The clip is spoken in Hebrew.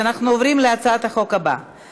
אנחנו עוברים להצעת החוק הבאה,